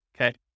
okay